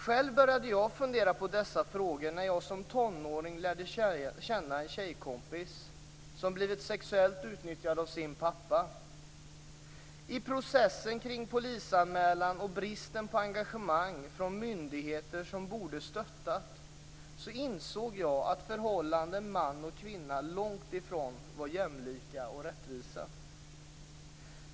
Själv började jag fundera på dessa frågor när jag som tonåring lärde känna en tjejkompis som blivit sexuellt utnyttjad av sin pappa. I processen kring polisanmälan och bristen på engagemang från myndigheter som borde stöttat, insåg jag att förhållandena för man och kvinna långt ifrån var jämlika och rättvisa.